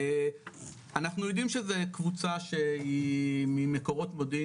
אנחנו יודעים שזה קבוצה שהיא ממקורות מודיעין,